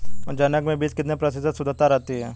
जनक बीज में कितने प्रतिशत शुद्धता रहती है?